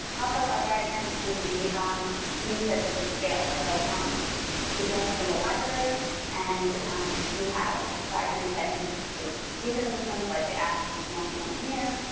also our diagrams can be used at different scales. so um we do have a symbol library and we have diagrams that can be complete ecosystems like the assateague one shown here.